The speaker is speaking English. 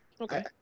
okay